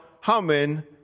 humming